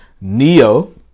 Neo